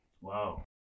Wow